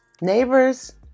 neighbors